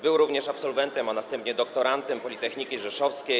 Był również absolwentem, a następnie doktorantem Politechniki Rzeszowskiej.